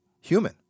human